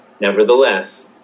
Nevertheless